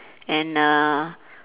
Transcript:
and uh